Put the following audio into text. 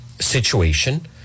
situation